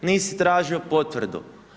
E, nisi tražio potvrdu.